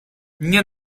nie